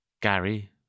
Gary